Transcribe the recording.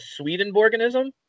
Swedenborganism